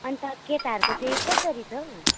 अन्त केटाहरूको चाहिँ कसरी छ है